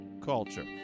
culture